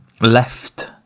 left